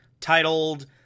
titled